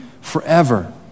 forever